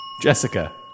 Jessica